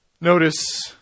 Notice